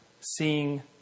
seeing